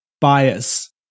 Bias